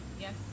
Yes